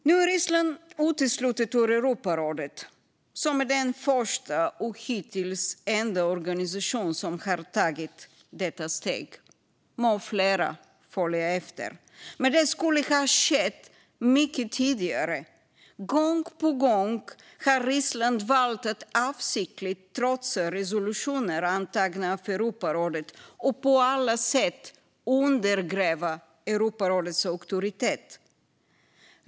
Nu är Ryssland uteslutet ur Europarådet, som är den första och hittills enda organisation som har tagit detta steg. Må flera följa efter. Men det skulle ha skett mycket tidigare. Gång på gång har Ryssland valt att avsiktligt trotsa resolutioner antagna av Europarådet och på alla sätt undergräva Europarådets auktoritet.